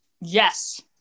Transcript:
Yes